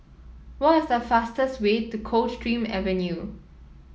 what is the fastest way to Coldstream Avenue